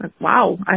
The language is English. wow